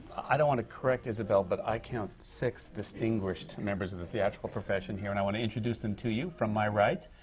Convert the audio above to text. i don't want to correct, isabelle, but i count six distinguished members of the theatrical profession here, and i want to introduce them to you. from my right,